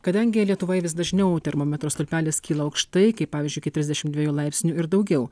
kadangi lietuvoje vis dažniau termometro stulpelis kyla aukštai kaip pavyzdžiui iki trisdešim dviejų laipsnių ir daugiau